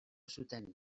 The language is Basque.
zuten